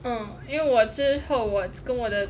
嗯因为我之后我跟我的